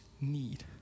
need